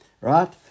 right